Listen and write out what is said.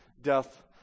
death